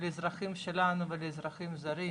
לאזרחים שלנו ולאזרחים זרים,